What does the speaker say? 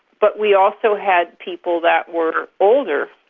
but we also had people that were older.